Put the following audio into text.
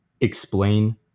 explain